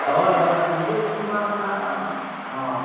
ᱦᱚᱭ ᱦᱚᱭ ᱦᱤᱡᱩᱜᱵᱤᱱ ᱢᱟ ᱱᱟᱦᱟᱜ ᱦᱮᱸ